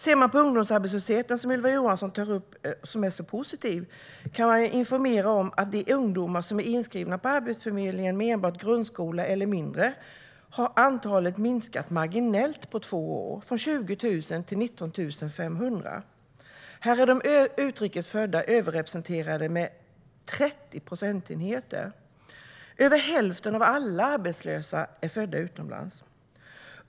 Beträffande ungdomsarbetslösheten, som Ylva Johansson tar upp som positiv, kan jag informera om att när det gäller de ungdomar som är inskrivna på Arbetsförmedlingen med enbart grundskola eller mindre har antalet minskat marginellt på två år, från 20 000 till 19 500. Här är de utrikes födda överrepresenterade med 30 procentenheter. Över hälften av alla arbetslösa är födda utomlands.